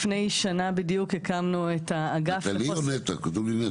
לפני שנה בדיוק הקמנו את האגף לחוסן אקלימי.